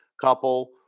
couple